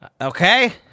Okay